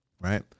Right